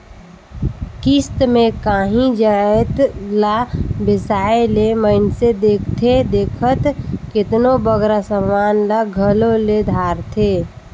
किस्त में कांही जाएत ला बेसाए ले मइनसे देखथे देखत केतनों बगरा समान ल घलो ले धारथे